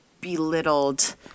belittled